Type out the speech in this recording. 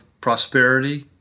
prosperity